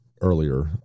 earlier